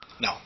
No